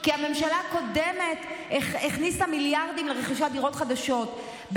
כי הממשלה הקודמת הכניסה מיליארדים לרכישת דירות חדשות,